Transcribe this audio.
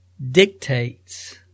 Dictates